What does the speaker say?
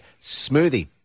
smoothie